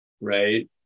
right